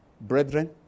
Brethren